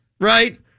right